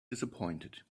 disappointed